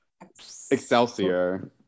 Excelsior